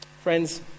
friends